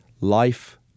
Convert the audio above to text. life